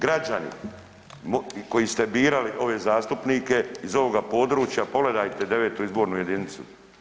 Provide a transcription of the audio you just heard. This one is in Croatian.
Građani, koji ste birali ove zastupnike iz ovoga područja pogledajte 9. izbornu jedinicu.